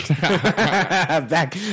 Back